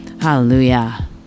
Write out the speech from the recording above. hallelujah